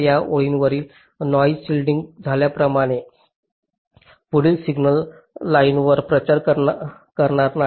तर या ओळीवरील नॉईस शिल्डिंग झाल्यामुळे पुढील सिग्नल लाइनवर प्रचार करणार नाही